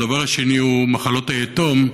הדבר השני הוא מחלות היתום,